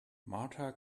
marta